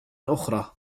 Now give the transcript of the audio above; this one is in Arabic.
أخرى